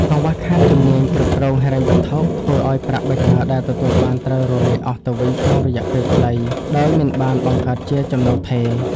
កង្វះខាតជំនាញគ្រប់គ្រងហិរញ្ញវត្ថុ ធ្វើឱ្យប្រាក់បញ្ញើដែលទទួលបានត្រូវរលាយអស់ទៅវិញក្នុងរយៈពេលខ្លី ដោយមិនបានបង្កើតជាចំណូលថេរ។